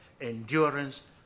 endurance